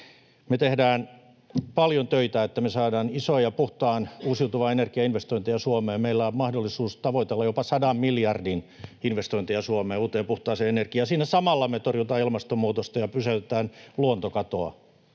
Me tehdään paljon töitä, että me saadaan isoja puhtaan, uusiutuvan energian investointeja Suomeen, ja meillä on mahdollisuus tavoitella jopa 100 miljardin investointeja Suomeen uuteen puhtaaseen energiaan. Siinä samalla me torjuntaan ilmastonmuutosta ja pysäytetään luontokatoa